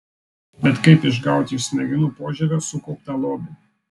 bet kaip išgauti iš smegenų požievio sukauptą lobį